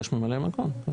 יש ממלא מקום בוודאי.